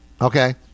Okay